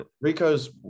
Rico's